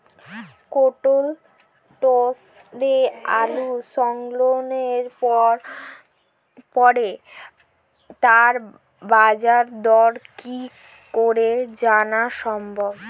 Cold স্টোরে আলু সংরক্ষণের পরে তার বাজারদর কি করে জানা সম্ভব?